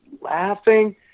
laughing